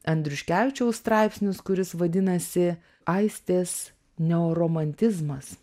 andriuškevičiaus straipsnis kuris vadinasi aistės neoromantizmas